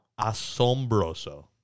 Asombroso